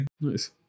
Nice